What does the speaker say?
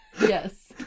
yes